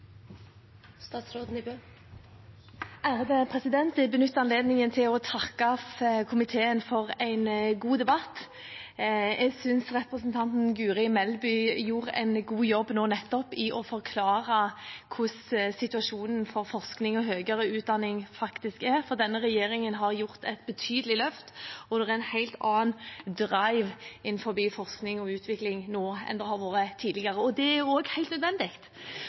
anledningen til å takke komiteen for en god debatt. Jeg synes representanten Guri Melby gjorde en god jobb nå nettopp i å forklare hvordan situasjonen for forskning og høyere utdanning faktisk er. Denne regjeringen har gjort et betydelig løft, og det er en helt annen drive innenfor forskning og utvikling nå enn det har vært tidligere. Det er også helt nødvendig,